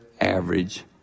average